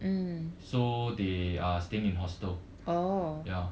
so they are staying in hostel ya